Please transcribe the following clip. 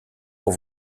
pour